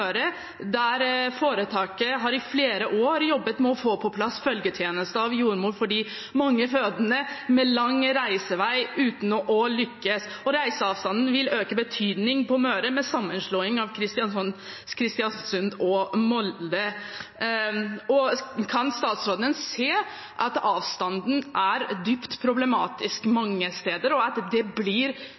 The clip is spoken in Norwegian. der foretaket i flere år har jobbet med å få på plass følgetjeneste av jordmor for de mange fødende med lang reisevei, uten å lykkes, og reiseavstanden vil øke betydelig på Møre med sammenslåing av fødeavdelingene i Kristiansund og Molde. Kan statsråden se at avstanden er dypt problematisk mange steder, og at det blir